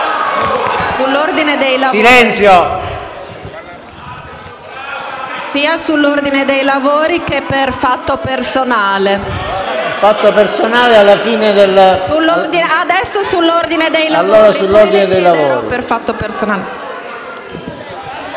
Sull'ordine dei lavori e per fatto personale,